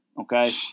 okay